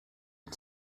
and